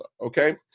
okay